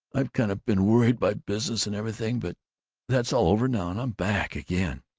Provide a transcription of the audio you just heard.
i've kind of been worried by business and everything, but that's all over now, and i'm back again.